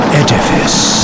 edifice